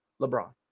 LeBron